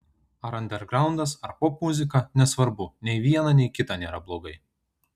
ar andergraundas ar popmuzika nesvarbu nei viena nei kita nėra blogai